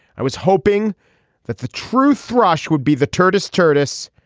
i was hoping that the true thrush would be the turtles turtles.